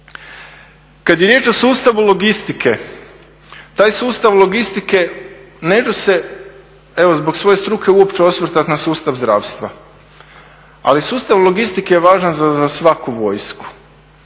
Kad je riječ o sustavu logistike, taj sustav logistike, neću se, evo zbog svoje struke, uopće osvrtati na sustav zdravstva, ali sustav logistike je važan za svaku vojsku